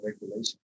regulation